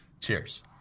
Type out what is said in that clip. cheers